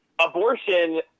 abortion